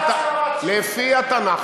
לפי התנ"ך.